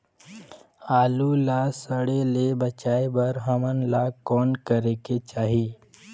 आलू ला सड़े से बचाये बर हमन ला कौन करेके चाही?